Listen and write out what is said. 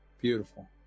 Beautiful